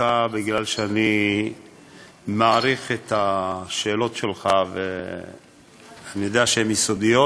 דווקא כי אני מעריך את השאלות שלך ואני יודע שהן יסודיות,